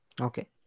Okay